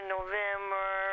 November